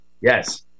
Yes